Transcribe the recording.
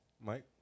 Mike